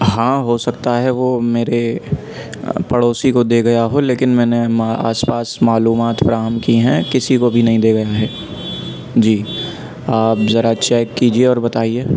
ہاں ہوسکتا ہے وہ میرے پڑوسی کو دے گیا ہو لیکن میں نے ما آس پاس معلومات فراہم کی ہیں کسی کو بھی نہیں دے گیا ہے جی آپ ذرا چیک کیجئے اور بتائیے